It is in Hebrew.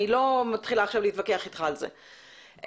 אני לא מתחילה עכשיו להתווכח אתך על זה,